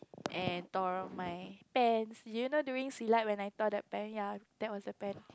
and tore my pants do you know during Silat when I tore that pants ya that was that pants